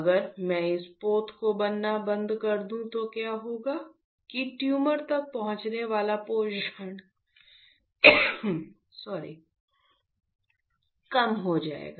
अगर मैं इस पोत का बनना बंद कर दूं तो क्या होगा कि ट्यूमर तक पहुंचने वाला पोषण कम हो जाएगा